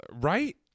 Right